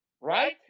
Right